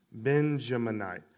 Benjaminite